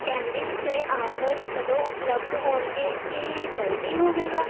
candies 'ਤੇ offers ਕਦੋਂ ਉਪਲੱਬਧ ਹੋਣਗੇ ਕੀ ਇਹ ਜਲਦੀ ਹੋਵੇਗਾ